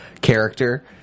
character